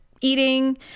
eating